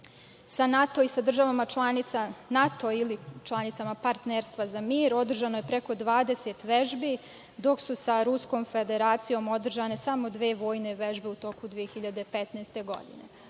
sa NATO i sa državama članicama Partnerstva za mir održano je preko 20 vežbi, dok su sa Ruskom Federacijom održane samo dve vojne vežbe u toku 2015. godine. To